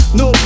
no